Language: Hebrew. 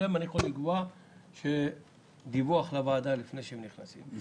השאלה אם אני יכול לקבוע שיהיה דיווח לוועדה לפני שהם נכנסים.